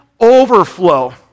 overflow